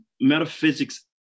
metaphysics